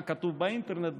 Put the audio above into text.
מה כתוב באינטרנט,